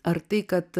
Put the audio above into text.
ar tai kad